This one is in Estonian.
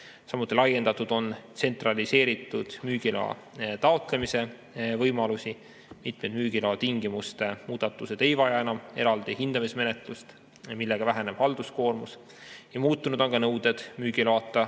samuti on laiendatud tsentraliseeritud müügiloa taotlemise võimalusi, mitmed müügiloa tingimuste muudatused ei vaja enam eraldi hindamismenetlust, mille tulemusena väheneb halduskoormus, ja muutunud on ka nõuded müügiloata